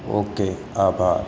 okay આભાર